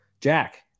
Jack